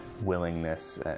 willingness